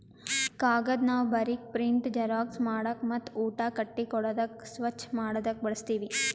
ಕಾಗದ್ ನಾವ್ ಬರೀಕ್, ಪ್ರಿಂಟ್, ಜೆರಾಕ್ಸ್ ಮಾಡಕ್ ಮತ್ತ್ ಊಟ ಕಟ್ಟಿ ಕೊಡಾದಕ್ ಸ್ವಚ್ಚ್ ಮಾಡದಕ್ ಬಳಸ್ತೀವಿ